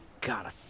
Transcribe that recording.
God